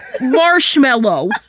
Marshmallow